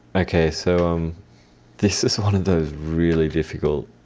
okay, so um this is one of those really difficult,